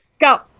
go